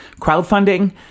crowdfunding